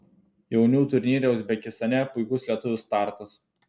jaunių turnyre uzbekistane puikus lietuvių startas